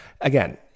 again